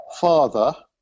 father